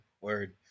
Word